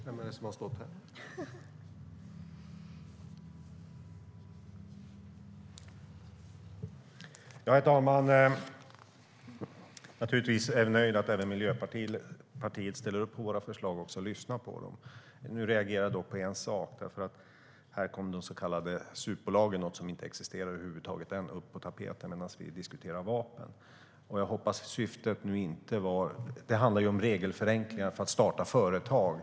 Herr talman! Jag är givetvis nöjd över att även Miljöpartiet lyssnar på våra förslag och ställer upp på dem. Jag reagerade dock på att SUP-bolagen, något som inte existerar än, kom upp på tapeten i en vapendebatt. Det handlar om regelförenklingar för att starta företag.